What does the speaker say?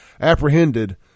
apprehended